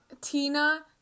Tina